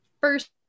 first